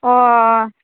ᱚᱻ